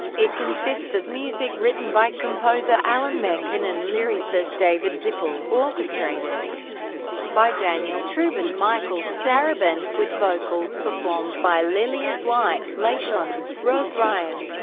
it consists of music written by composer alan menken and lyricist david zippel, orchestrated by daniel troob and michael starobin, with vocals performed by lillias white, lachanze, roz ryan,